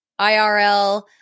IRL